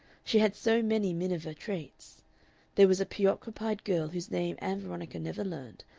she had so many miniver traits there was a preoccupied girl whose name ann veronica never learned,